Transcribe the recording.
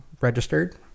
registered